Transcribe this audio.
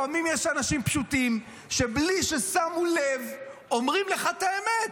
לפעמים יש אנשים פשוטים שבלי ששמו לב אומרים לך את האמת.